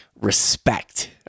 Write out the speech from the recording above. respect